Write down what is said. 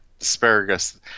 asparagus